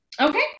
okay